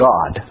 God